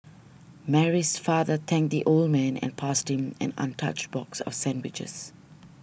Mary's father thanked the old man and passed him an untouched box of sandwiches